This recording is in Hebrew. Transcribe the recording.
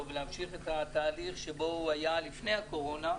ולהמשיך את התהליך שבו הוא היה לפני הקורונה,